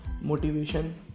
motivation